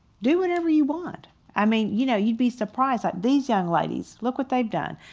do whatever you want. i mean, you know, you'd be surprised. these young ladies, look what they've done.